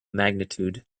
magnitude